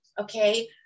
okay